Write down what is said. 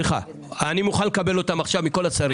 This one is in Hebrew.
אני מוכן לקבל אותן מכל השרים.